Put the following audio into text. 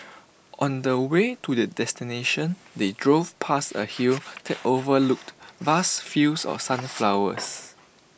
on the way to their destination they drove past A hill that overlooked vast fields of sunflowers